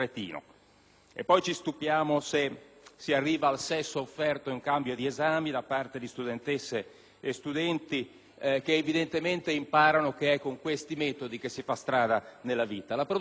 Poi ci stupiamo se si arriva al sesso offerto in cambio di esami da parte di studentesse e studenti, che evidentemente imparano che con questi metodi si può fare strada nella vita.